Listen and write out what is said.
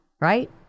right